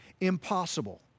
impossible